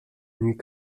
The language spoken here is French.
nuit